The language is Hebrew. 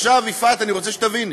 עכשיו, יפעת, אני רוצה שתביני.